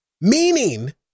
meaning